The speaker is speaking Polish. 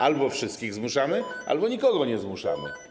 Albo wszystkich zmuszamy, albo nikogo nie zmuszamy.